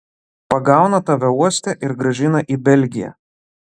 pagauna tave uoste ir grąžina į belgiją